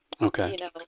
okay